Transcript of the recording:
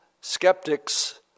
Skeptics